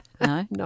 No